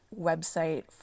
website